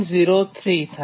03 થાય